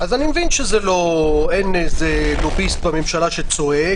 אז אני מבין שאין לוביסט בממשלה שצועק